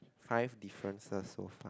five differences so far